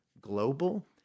global